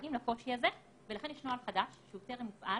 מודעים לקושי הזה ולכן יש נוהל חדש שהוא טרם הופעל